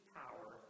power